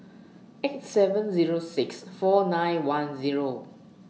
eight seven Zero six four nine one Zero